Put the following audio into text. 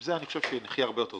עם זה אני חושב שנחייה הרבה יותר טוב